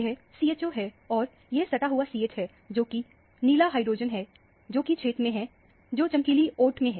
यह CHO है और यह सटा हुआ CH है जोकि नीला हाइड्रोजन है जोकि क्षेत्र में है जो चमकीली ओट में है